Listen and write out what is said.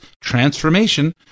transformation